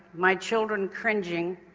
my children cringing,